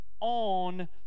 on